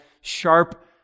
sharp